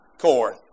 corn